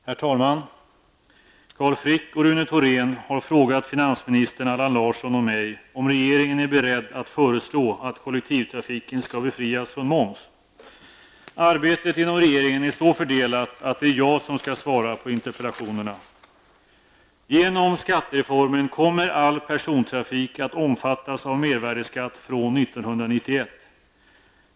Herr talman! Carl Frick och Rune Thorén har frågat finansminister Allan Larsson och mig om regeringen är beredd att föreslå att kollektivtrafiken skall befrias från moms. Arbetet inom regeringen är så fördelat att det är jag som skall svara på interpellationerna. Genom skattereformen kommer all persontrafik att omfattas av mervärdeskatt från 1991.